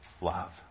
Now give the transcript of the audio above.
love